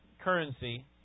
currency